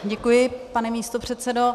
Děkuji, pane místopředsedo.